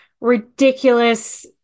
ridiculous